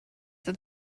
that